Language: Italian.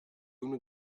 uno